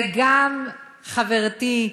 וגם חברתי,